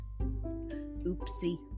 oopsie